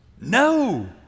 No